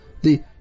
the-